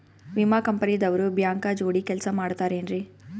ವಿಮಾ ಕಂಪನಿ ದವ್ರು ಬ್ಯಾಂಕ ಜೋಡಿ ಕೆಲ್ಸ ಮಾಡತಾರೆನ್ರಿ?